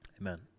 amen